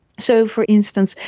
so, for instance,